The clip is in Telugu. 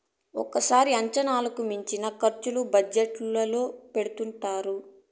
ఒక్కోసారి అంచనాలకు మించిన ఖర్చులు బడ్జెట్ లో పెడుతుంటారు